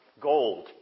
gold